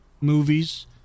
movies